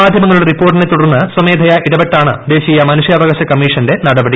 മാധ്യമങ്ങളുടെ റിപ്പോർട്ടിനെ തുടർന്ന് സ്വമേധയാ ഇടപെട്ടാണ് ദേശീയ മനുഷ്യാവകാശ കമ്മീഷന്റെ നടപടി